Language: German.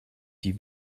die